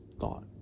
thought